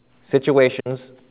situations